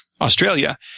Australia